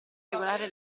regolare